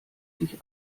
sich